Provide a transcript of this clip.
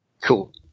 Cool